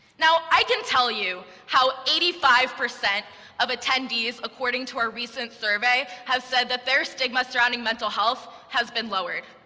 now i can tell you how eighty five percent of attendees, according to a recent survey, have said that their stigma surrounding mental health has been lowered.